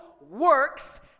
works